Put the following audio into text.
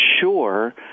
sure